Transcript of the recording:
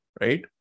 right